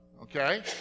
okay